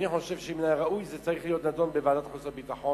אני חושב שמן הראוי שזה יידון בוועדת החוץ והביטחון,